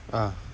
uh